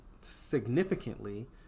significantly